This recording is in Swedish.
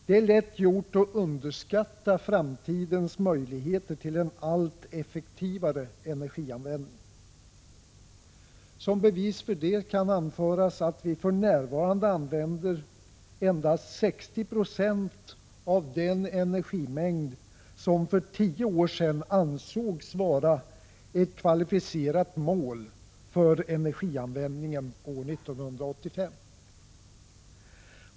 Det är lätt gjort att underskatta framtidens möjligheter till en allt effektivare energianvändning. Som bevis för detta kan anföras att vi för närvarande använder endast 60 96 av den energimängd som för tio år sedan ansågs vara ett kvalificerat mål för energianvändningen år 1985.